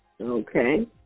okay